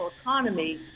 economy